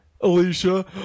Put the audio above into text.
Alicia